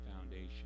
foundation